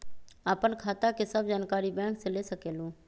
आपन खाता के सब जानकारी बैंक से ले सकेलु?